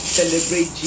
celebrate